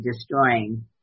destroying